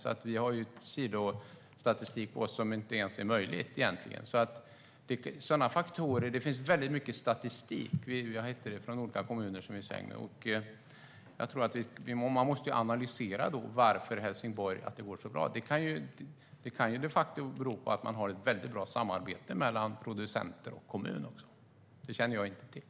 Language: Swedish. Det finns en statistik hos oss som egentligen inte är möjlig. Det finns mycket statistik från olika kommuner. Vi måste analysera varför det går så bra i Helsingborg. Det kan de facto bero på ett mycket bra samarbete mellan producenter och kommun. Det känner jag inte till.